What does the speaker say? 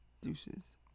Deuces